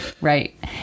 Right